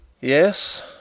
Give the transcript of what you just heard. Yes